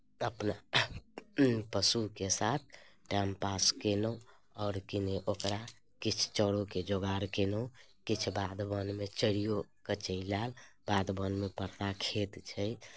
अपना पशुके साथ टाइम पास कयलहुँ आओर किने ओकरा किछु चरोके जोगार कयलहुँ किछु बाध बोनमे चरियोके चलि आयल बाध बोनमे पक्का खेत छै